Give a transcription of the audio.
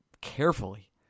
carefully